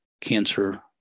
Cancer